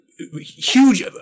huge